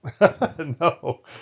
No